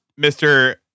Mr